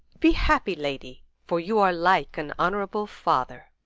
be happy, lady, for you are like an honourable father.